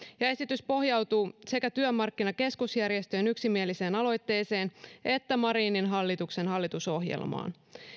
ja esitys pohjautuu sekä työmarkkinakeskusjärjestöjen yksimieliseen aloitteeseen että marinin hallituksen hallitusohjelmaan